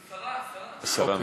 שרה, שרה.